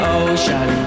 ocean